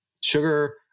sugar